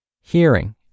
hearing